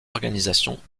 organisations